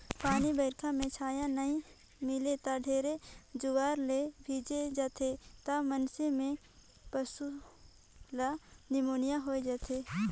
पानी बइरखा में छाँय नइ मिले त ढेरे जुआर ले भीजे जाथें त अइसन में पसु ल निमोनिया होय जाथे